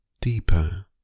deeper